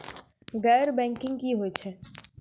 गैर बैंकिंग की होय छै?